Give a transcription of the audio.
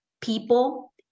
people